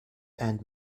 and